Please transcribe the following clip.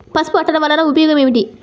పసుపు అట్టలు వలన ఉపయోగం ఏమిటి?